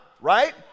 right